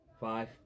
Five